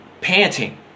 panting